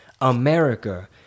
America